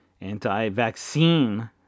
Anti-vaccine